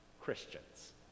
Christians